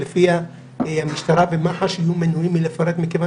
שלפיה המשטרה ומח"ש מנועים מלפרט מכיוון